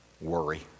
Worry